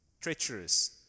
treacherous